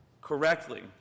correctly